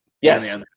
yes